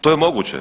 To je moguće.